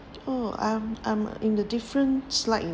oh I'm I'm in the different slide